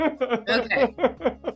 Okay